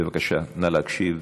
בבקשה, נא להקשיב.